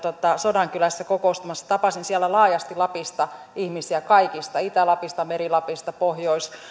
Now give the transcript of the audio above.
sodankylässä kokoustamassa tapasin siellä laajasti lapista ihmisiä itä lapista meri lapista pohjois